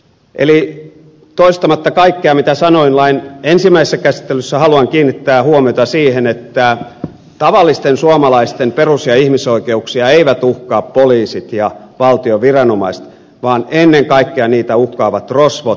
eli toistamatta kaikkea mitä sanoin lain ensimmäisessä käsittelyssä haluan kiinnittää huomiota siihen että tavallisten suomalaisten perus ja ihmisoikeuksia eivät uhkaa poliisit ja valtion viranomaiset vaan ennen kaikkea niitä uhkaavat rosvot